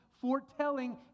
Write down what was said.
foretelling